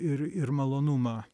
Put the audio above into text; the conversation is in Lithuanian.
ir ir malonumą